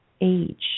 age